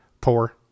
Poor